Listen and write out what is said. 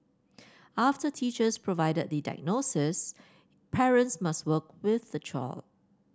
after teachers provide the diagnostics parents must work with their child